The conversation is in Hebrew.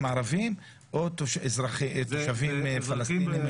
ערבים או תושבים פלסטינים מהרשות הפלסטינית.